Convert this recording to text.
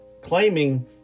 claiming